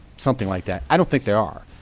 something like that. i don't think they are.